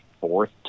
fourth